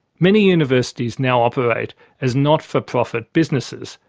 many universities now operate as not-for-profit businesses,